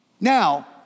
Now